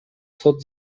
сот